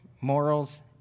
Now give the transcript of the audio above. morals